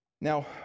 Now